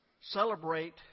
celebrate